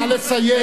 נא לסיים.